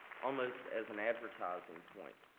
almost as an advertising point,